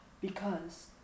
Because